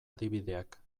adibideak